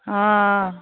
অঁ